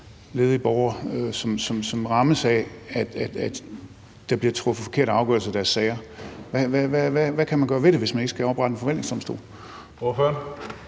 ledige borgere, som rammes af, at der bliver truffet forkerte afgørelser i deres sager. Hvad kan man gøre ved det, hvis man ikke skal oprette en forvaltningsdomstol?